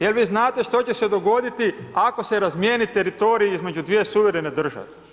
Je li vi znate što će se dogoditi ako se razmijeni teritorij između dvije suverene države?